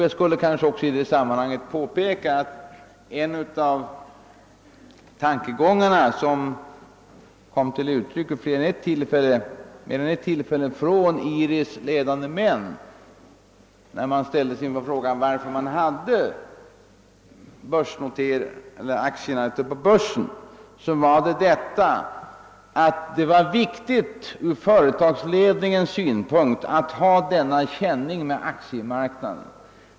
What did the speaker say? Jag vill i sammanhanget också säga, att IRI:s ledande män vid mer än ett tillfälle ställdes inför frågan, varför man har aktierna noterade på börsen. Svaret blev att det är viktigt för företagsledningen att ha denna kontakt med aktiemarknaden.